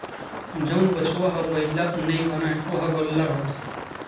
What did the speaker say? जउन बछवा ह बइला नइ बनय ओ ह गोल्लर होथे